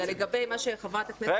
לגבי מה שחברת הכנסת --- וזה חשוב.